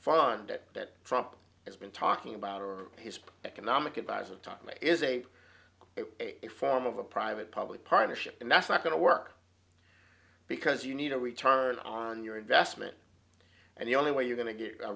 it that trump has been talking about or his economic advisor talk to me is a form of a private public partnership and that's not going to work because you need a return on your investment and the only way you're going to get a